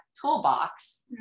toolbox